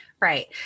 Right